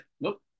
nope